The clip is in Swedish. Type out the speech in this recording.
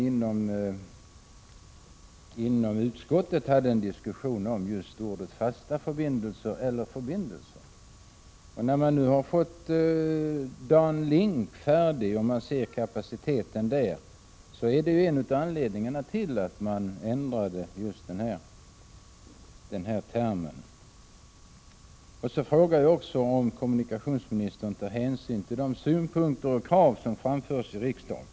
Inom utskottet förde man en diskussion om just uttrycken ”fasta förbindelser” eller ”förbindelser”. Men när man nu har fått DanLink färdigt och ser kapaciteten där, så är det en av anledningarna till den ändrade terminologin. Jag frågade också om kommunikationsministern tar hänsyn till de Prot. 1986/87:49 synpunkter och krav som framförs i riksdagen.